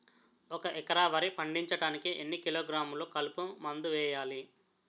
ఒక ఎకర వరి పండించటానికి ఎన్ని కిలోగ్రాములు కలుపు మందు వేయాలి?